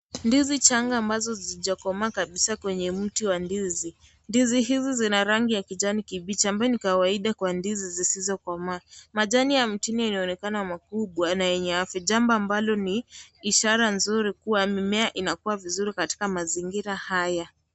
Ndizi changa ambazo hazijakomaa kabisaa kwenye mti wa ndizi, ndizi hizi zina rangi ya kijani kibichi ambao ni kawaida kwa ndizi zisizokomaa, machani ya mtini yanaonekana makubwa na yenye afya jambo ambalo ni ishara nzuri kuwa mimea inakua vizuri katika mazingira haya.